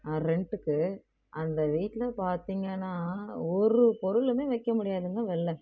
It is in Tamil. ரெண்ட்டுக்கு அந்த வீட்டில் பாரத்திங்கன்னா ஒரு பொருளுமே வைக்க முடியாதுங்க வெளில